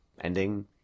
ending